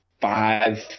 five